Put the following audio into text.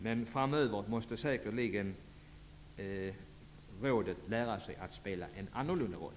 Men framöver måste säkerligen rådet lära sig att spela en annorlunda roll.